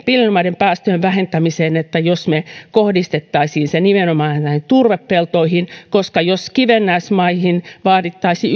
viljelymaiden päästöjen vähentämiseen olisi jos me kohdistaisimme sen nimenomaan näihin turvepeltoihin kivennäismaihin vaadittaisiin